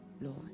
Lord